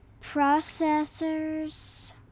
processors